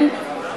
כן.